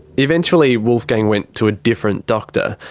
eventually wolfgang went to a different doctor.